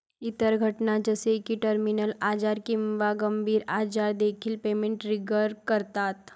इतर घटना जसे की टर्मिनल आजार किंवा गंभीर आजार देखील पेमेंट ट्रिगर करतात